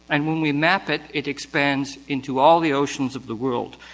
and when we map it, it expands into all the oceans of the world.